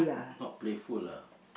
not playful lah